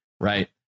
right